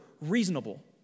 reasonable